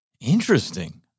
Interesting